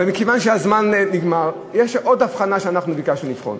מכיוון שהזמן נגמר, יש עוד הבחנה שביקשנו לבחון.